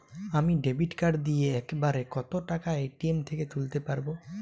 আমি debit card দিয়ে এক বারে কত টাকা এ.টি.এম থেকে তুলতে পারবো?